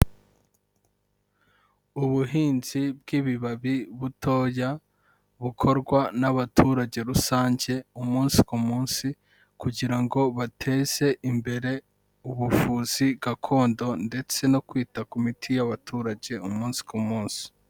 Ubuhinzi bw'ibibabi butoya, bukorwa n'abaturage rusange umunsi ku munsi, kugira ngo bateze imbere ubuvuzi gakondo ndetse no kwita ku miti y'abaturage umunsi ku munsi.